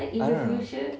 I don't know